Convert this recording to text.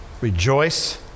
rejoice